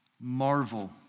marvel